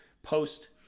post